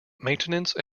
maintenance